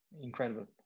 incredible